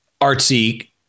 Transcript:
artsy